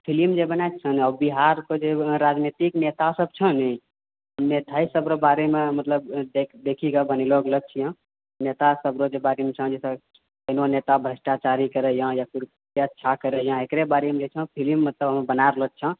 हँ फिलिम जे बनाए छहो ने बिहार पर जे राजनितिक नेता सब छ ने नेताहे सब र बारेमे मतलब देखिके बनैलहुँ ऊनैलहुँ छिऐ नेता सबके बारेमे छै जैसे कोनो नेता भ्र्ष्टाचारी करैए या फिर कोइ अच्छा करैए एकरे बारेमे छँ फिलिम मतलब बना रहलो छँ